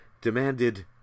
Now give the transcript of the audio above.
demanded